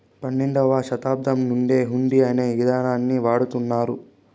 పన్నెండవ శతాబ్దం నుండి హుండీ అనే ఇదానాన్ని వాడుతున్నారు